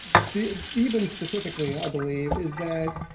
the, even specifically i believe, is that